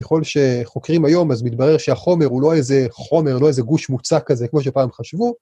ככל שחוקרים היום, אז מתברר שהחומר הוא לא איזה חומר, לא איזה גוש מוצק כזה, כמו שפעם חשבו.